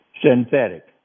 synthetic